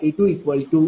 9857392 0